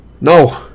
No